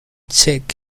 check